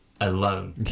Alone